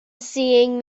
seeing